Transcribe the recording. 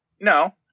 No